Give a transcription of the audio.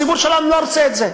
הציבור שלנו לא רוצה את זה.